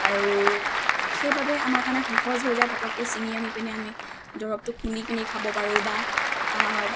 আৰু সেইবাবে আমাৰ কাৰণে সহজ হৈ যায় পতককৈ ছিঙি আনি পিনি আমি দৰৱটো খুন্দি পিনি খাব পাৰোঁ বা